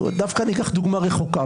אני אקח דווקא דוגמה רחוקה.